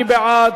מי בעד?